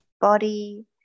body